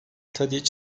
tadiç